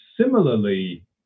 similarly